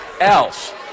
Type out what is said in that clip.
else